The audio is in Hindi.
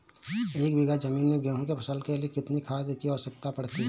एक बीघा ज़मीन में गेहूँ की फसल के लिए कितनी खाद की आवश्यकता पड़ती है?